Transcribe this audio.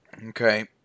Okay